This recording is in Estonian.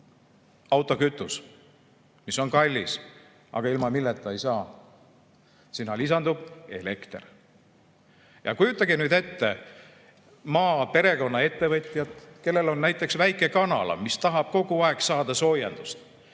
autokütus, mis on kallis, aga ilma milleta ei saa. Sinna lisandub elekter. Ja kujutage nüüd ette maal pereettevõtjat, kellel on näiteks väike kanala, mis tahab kogu aeg saada soojendust.